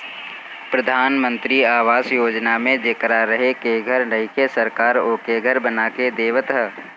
प्रधान मंत्री आवास योजना में जेकरा रहे के घर नइखे सरकार ओके घर बना के देवत ह